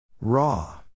Raw